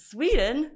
Sweden